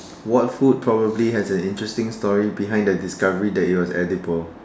what food probably has an interesting story behind the discovery that it was edible